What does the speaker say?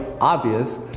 obvious